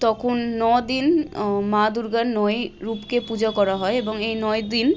তখন নদিন মা দুর্গার নয় রূপকে পূজা করা হয় এবং এই নয় দিন